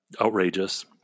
Outrageous